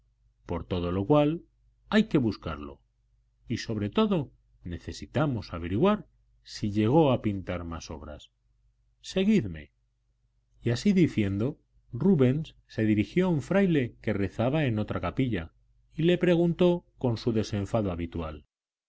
por todo lo cual hay que buscarlo y sobre todo necesitamos averiguar si llegó a pintar más obras seguidme y así diciendo rubens se dirigió a un fraile que rezaba en otra capilla y le preguntó con su desenfado habitual